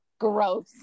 Gross